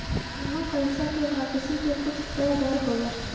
कउनो पइसा के वापसी के कुछ तय दर होला